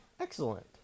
Excellent